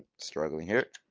struggling here.